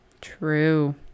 True